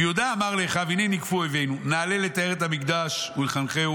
ויהודה אמר לאחיו הנה ניגפו אויבנו נעלה לטהר את המקדש ולחנכהו.